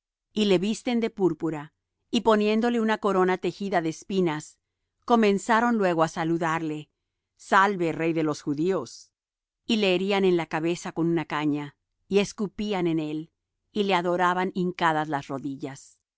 y le visten de púrpura y poniéndole una corona tejida de espinas comenzaron luego á saludarle salve rey de los judíos y le herían en la cabeza con una caña y escupían en él y le adoraban hincadas las rodillas